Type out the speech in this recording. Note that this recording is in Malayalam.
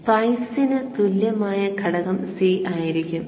സ്പൈസിനു തത്തുല്യമായ ഘടകം C ആയിരിക്കും